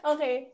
Okay